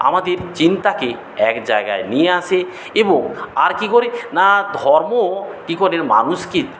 আমাদের চিন্তাকে এক জায়গায় নিয়ে আসে এবং আর কী করে না ধর্ম কী করে মানুষকে